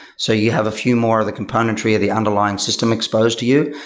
so you have a few more of the componentry of the underlying system exposed to you.